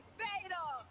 fatal